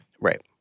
Right